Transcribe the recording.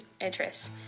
interest